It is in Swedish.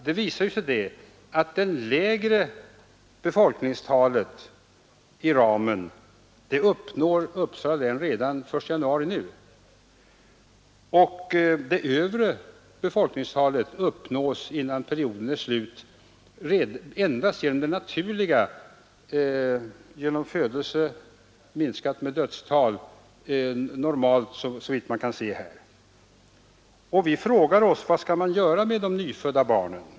Det visade sig att det lägre befolkningstalet i ramen uppnår Uppsala län redan den 1 januari 1973, och det övre befolkningstalet uppnås innan perioden är slut genom bara det normala födelsetillskottet minskat med dödstalet, såvitt man kan se. Frågan är vad man skall göra med de nyfödda barnen.